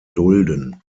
dulden